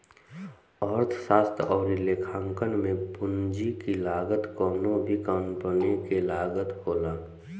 अर्थशास्त्र अउरी लेखांकन में पूंजी की लागत कवनो भी कंपनी के लागत होला